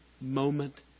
moment